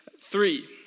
Three